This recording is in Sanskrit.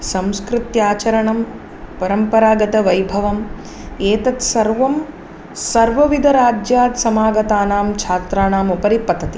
संस्कृत्याचरणं परम्परागतवैभवम् एतत्सर्वं सर्वविधराज्यात् समागतानां छात्राणामुपरि पतति